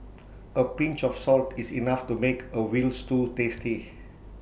A pinch of salt is enough to make A Veal Stew tasty